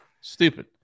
Stupid